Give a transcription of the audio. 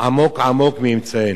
"עמוק עמוק מי ימצאנו".